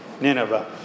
Nineveh